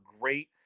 great